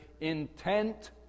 intent